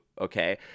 okay